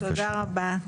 תודה רבה,